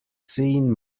scene